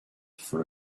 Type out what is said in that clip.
for